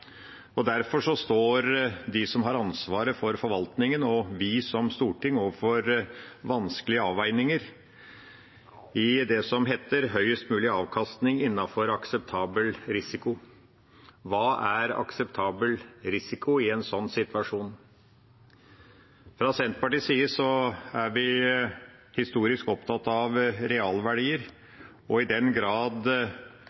står de som har ansvaret for forvaltningen og vi som storting overfor vanskelige avveininger i det som heter høyest mulig avkastning innenfor akseptabel risiko. Hva er «akseptabel risiko» i en sånn situasjon? Fra Senterpartiets side er vi historisk opptatt av realverdier,